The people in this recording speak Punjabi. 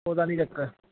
ਉਹ ਦਾ ਨਹੀਂ ਚੱਕਰ